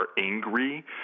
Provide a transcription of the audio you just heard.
angry